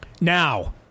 now